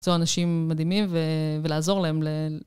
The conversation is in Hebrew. למצוא אנשים מדהימים ולעזור להם ל...